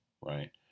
right